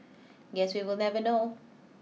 guess we will never know